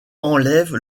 enlève